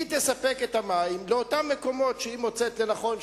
היא תספק את המים לאותם מקומות שהיא מוצאת לנכון,